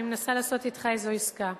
אני מנסה לעשות אתך איזו עסקה.